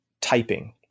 typing